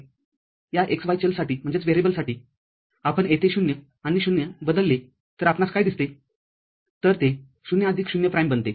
या x y चलसाठी आपण येथे ० आणि ० बदलले तर आपणास काय दिसतेतर ते ० आदिक ० प्राईम बनते